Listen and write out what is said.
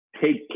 take